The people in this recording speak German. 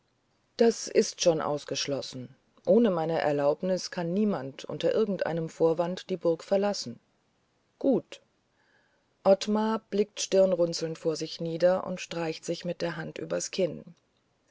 das ist schon ausgeschlossen ohne meine erlaubnis kann niemand unter irgendeinem vorwand die burg verlassen gut ottmar blickt stirnrunzelnd vor sich nieder und streicht sich mit der hand übers kinn